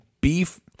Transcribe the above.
beef